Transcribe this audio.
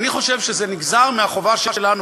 אני חושב שזה נגזר מהחובה שלנו.